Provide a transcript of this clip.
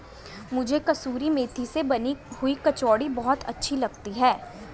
मुझे कसूरी मेथी से बनी हुई कचौड़ी बहुत अच्छी लगती है